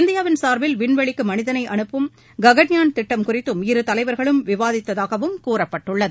இந்தியாவின் சார்பில் விண்வெளிக்கு மனிதனை அனுப்ப ம் ககன்யான் திட்டம் குறித்தும் இரு தலைவர்களும் விவாதித்ததாகவம் கூறப்பட்டுள்ளது